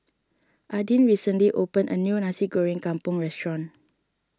Adin recently opened a new Nasi Goreng Kampung restaurant